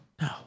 No